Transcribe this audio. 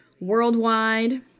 worldwide